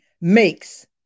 makes